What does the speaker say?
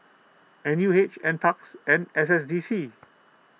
N U H N Parks and S S D C